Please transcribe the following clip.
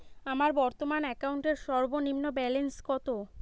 আমার বর্তমান অ্যাকাউন্টের সর্বনিম্ন ব্যালেন্স কত?